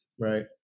Right